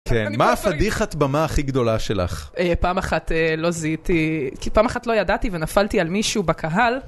כן, מה הפדיחת במה הכי גדולה שלך? פעם אחת לא זיהיתי, כי פעם אחת לא ידעתי ונפלתי על מישהו בקהל.